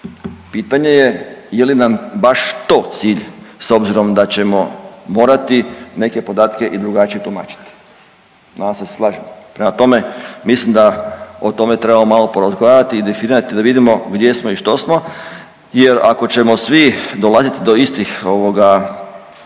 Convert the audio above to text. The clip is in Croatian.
Pitanje je je li nam baš to cilj s obzirom da ćemo morati neke podatke i drugačije tumačiti. Nadam se da se slažemo, prema tome, mislim da o tome trebamo malo porazgovarati i definirati da vidimo gdje smo i što smo jer ako ćemo svi dolaziti do istih, ovoga,